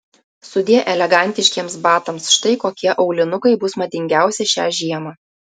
sudie elegantiškiems batams štai kokie aulinukai bus madingiausi šią žiemą